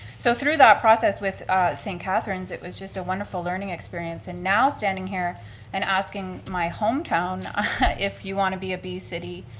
so through that process with st. catharine's, it was just a wonderful learning experience, and now, standing here and asking my hometown if you want to be a bee city,